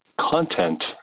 content